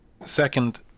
second